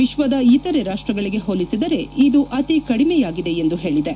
ವಿಶ್ವದ ಇತರೆ ರಾಷ್ಟಗಳಿಗೆ ಹೋಲಿಸಿದರೆ ದು ಅತಿ ಕಡಿಮೆಯಾಗಿದೆ ಎಂದು ಹೇಳಿದೆ